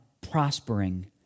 prospering